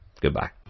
Goodbye